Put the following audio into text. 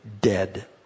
dead